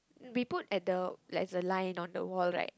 we put at the like it's a line on the wall right